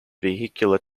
vehicular